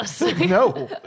No